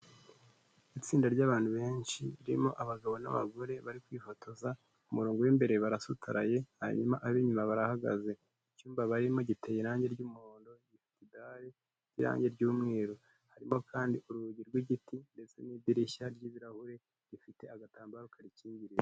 Itsinda ry'abantu benshi, ririmo abagabo n'abagore bari kwifotoza, ku murongo w'imbere barasukaraye, hanyuma ab'inyuma barahagaze, icyumba barimo giteye irangi ry'umuhondo, gifite irangi ry'umweru, harimo kandi urugi rw'igiti ndetse n'idirishya ry'ibirahure rifite agatambaro karikingirije.